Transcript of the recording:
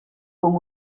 con